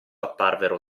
apparvero